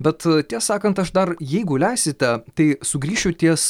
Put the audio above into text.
bet tiesą sakant aš dar jeigu leisite tai sugrįšiu ties